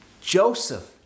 Joseph